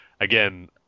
again